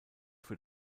für